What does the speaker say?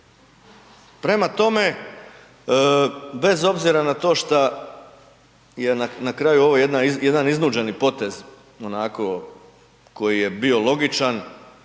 Prema tome, bez obzira na to što je na kraju ovo jedan iznuđeni potez onako koji je bio logičan